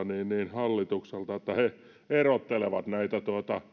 hallitukselta että he erottelevat näitä